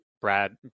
Brad